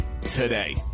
today